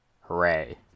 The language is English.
Hooray